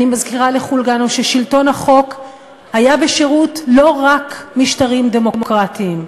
אני מזכירה לכולנו ששלטון החוק היה לא רק בשירות משטרים דמוקרטיים,